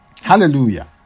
Hallelujah